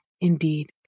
Indeed